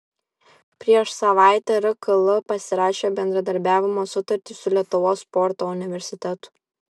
prieš savaitę rkl pasirašė bendradarbiavimo sutartį su lietuvos sporto universitetu